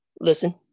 Listen